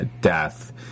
death